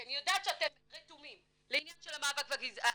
אני יודעת שאתם רתומים לעניין של אפליה וגזענות,